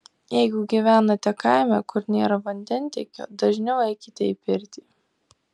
jeigu gyvenate kaime kur nėra vandentiekio dažniau eikite į pirtį